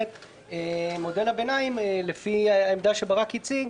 מודל הביניים, לפי העמדה שברק הציג,